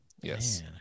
Yes